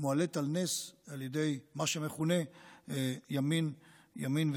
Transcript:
שמועלית על נס על ידי מה שמכונה ימין ושמאל,